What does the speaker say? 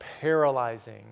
paralyzing